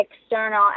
external